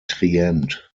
trient